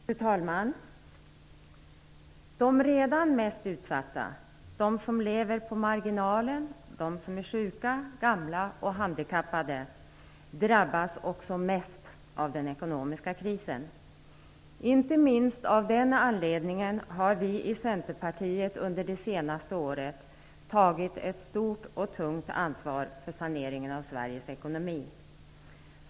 Fru talman! De redan mest utsatta, de som lever på marginalen, de som är sjuka, gamla och handikappade drabbas också mest av den ekonomiska krisen. Inte minst av den anledningen har vi i Centerpartiet under det senaste året tagit ett stort och tungt ansvar för saneringen av Sveriges ekonomi.